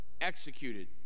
executed